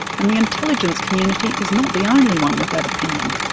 and the intelligence community is not the only one with that opinion.